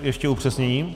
Ještě upřesnění.